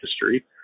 history